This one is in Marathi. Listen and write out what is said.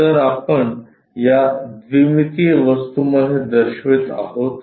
जर आपण या द्विमितीय वस्तू मध्ये दर्शवित आहोत